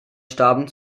starben